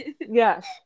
yes